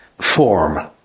form